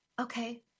Okay